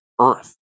Earth